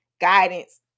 guidance